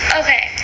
okay